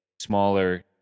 smaller